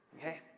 Okay